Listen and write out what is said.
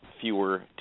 fewer